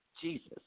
Jesus